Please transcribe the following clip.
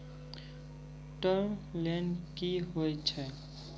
Term loan कि होय छै?